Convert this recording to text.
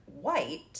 white